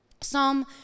psalm